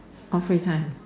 all face time